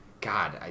God